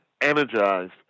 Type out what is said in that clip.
energized